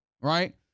right